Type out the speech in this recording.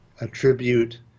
attribute